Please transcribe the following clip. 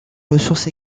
ressources